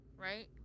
Right